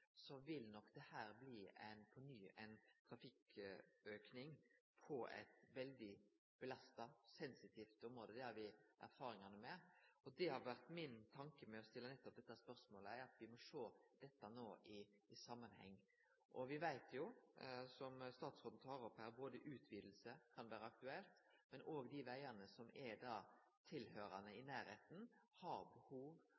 så vil det nok her på nytt bli ein trafikkauke på eit veldig belasta, sensitivt område. Det har me erfaringar med, og det har vore min tanke med å stille nettopp dette spørsmålet – at me no må sjå dette i samanheng. Me veit jo, som statsråden tek opp her, at ei utviding kan vere aktuelt, men òg dei vegane som er tilhøyrande